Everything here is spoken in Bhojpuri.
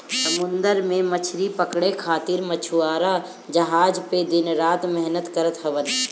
समुंदर में मछरी पकड़े खातिर मछुआरा जहाज पे दिन रात मेहनत करत हवन